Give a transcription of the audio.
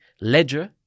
ledger